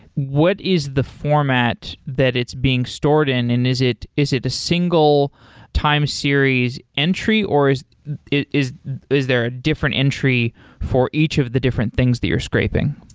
what is the format that it's being stored in and is it is it a single time series entry or is is is there a different entry for each of the different things that you're scraping?